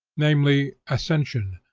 namely ascension,